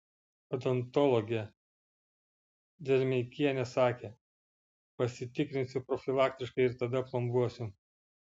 odontologė dzermeikienė sakė pasitikrinsiu profilaktiškai ir tada plombuosiu